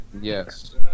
Yes